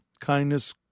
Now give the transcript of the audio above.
kindness